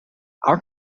our